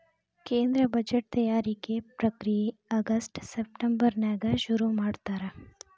ಕೇಂದ್ರ ಬಜೆಟ್ ತಯಾರಿಕೆ ಪ್ರಕ್ರಿಯೆ ಆಗಸ್ಟ್ ಸೆಪ್ಟೆಂಬರ್ನ್ಯಾಗ ಶುರುಮಾಡ್ತಾರ